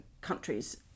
countries